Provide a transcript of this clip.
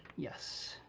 yes,